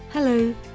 Hello